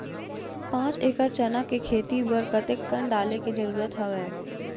पांच एकड़ चना के खेती बर कते कन डाले के जरूरत हवय?